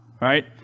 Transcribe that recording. right